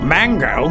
Mango